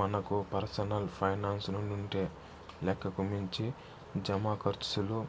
మనకు పర్సనల్ పైనాన్సుండింటే లెక్కకు మించి జమాకర్సులు